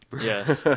Yes